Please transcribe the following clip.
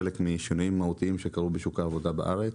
כחלק משינויים המהותיים שקרו בשוק העבודה בארץ,